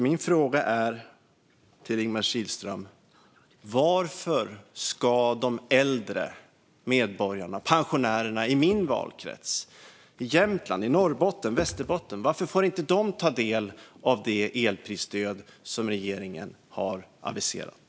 Min fråga till Ingemar Kihlström är: Varför ska inte de äldre medborgarna - pensionärerna - i min valkrets Jämtland eller i Norrbotten och Västerbotten få ta del av det elprisstöd som regeringen har aviserat?